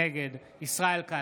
נגד ישראל כץ,